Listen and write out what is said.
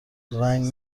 رنگ